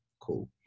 cool